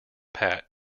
pat